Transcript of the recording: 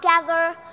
together